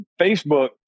Facebook